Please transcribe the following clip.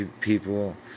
people